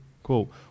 Cool